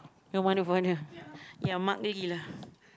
no one to ya Mark-Lee lah